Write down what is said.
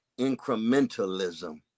incrementalism